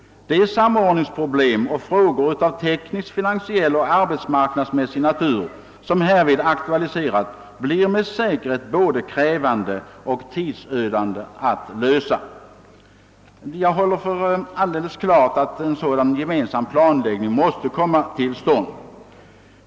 De samordnings problem och frågor av teknisk, finansiell och arbetsmarknadsmässig natur, som härvid aktualiseras, blir med säkerhet både krävande och tidsödande att lösa. Jag håller för alldeles klart att en sådan gemensam planläggning måste komma till stånd.